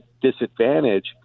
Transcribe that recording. disadvantage